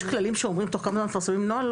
יש כללים שאומרים תוך כמה זמן מפרסים נוהל?